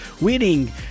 winning